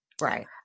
Right